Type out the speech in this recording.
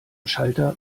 schalter